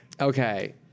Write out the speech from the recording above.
Okay